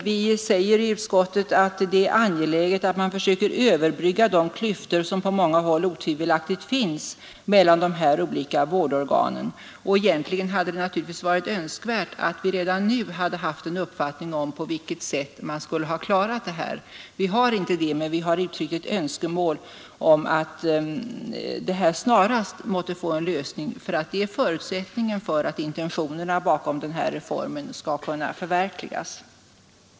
Vi säger i betänkandet att det är angeläget att man försöker överbrygga de klyftor som på många håll otvivelaktigt finns mellan kriminalvården och andra samhälleliga stödoch vårdorgan. Egentligen hade det varit önskvärt att vi redan nu hade haft en uppfattning om på vilket sätt man skulle ha klarat detta. Vi har inte det, men vi har uttryckt ett önskemål om att denna fråga snarast måtte få en lösning. Det är förutsättningen för att intentionerna bakom reformen skall kunna förverkligas.